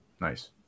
Nice